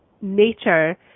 nature